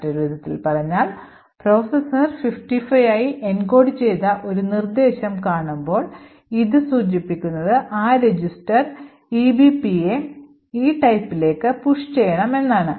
മറ്റൊരു വിധത്തിൽ പറഞ്ഞാൽ പ്രോസസ്സർ 55 ആയി എൻകോഡുചെയ്ത ഒരു നിർദ്ദേശം കാണുമ്പോൾ ഇത് സൂചിപ്പിക്കുന്നത് ഈ രജിസ്റ്റർ EBPയെ ഈ typeലേക്ക് push ചെയ്യണം എന്നാണ്